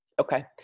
Okay